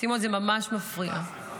סימון, זה ממש מפריע.